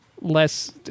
less